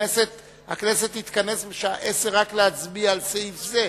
הכנסת תתכנס בשעה 22:00 רק להצביע על סעיף זה,